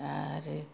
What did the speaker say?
आरो